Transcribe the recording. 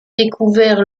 découvert